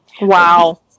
Wow